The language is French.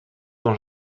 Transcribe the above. son